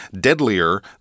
deadlier